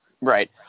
right